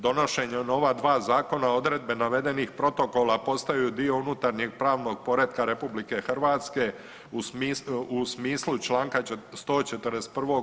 Donošenjem ova dva zakona odredbe navedenih protokola potaju dio unutarnjeg pravnog poretka RH u smislu čl. 141.